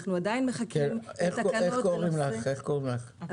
אנחנו עדין מחכים לתקנות -- אביבית,